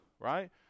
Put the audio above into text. right